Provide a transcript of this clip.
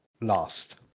last